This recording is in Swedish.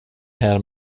här